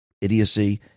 idiocy